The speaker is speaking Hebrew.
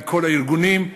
מכל הארגונים,